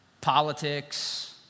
Politics